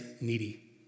needy